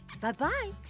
Bye-bye